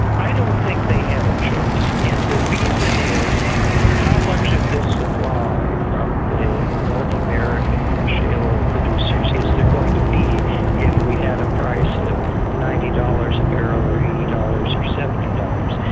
i don't think they had a choice, and the reason is how much of this supply from the north american shale oil ah producers is there going to be if we had a price of ninety dollars a barrel or eighty dollars or seventy dollars?